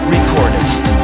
Recordist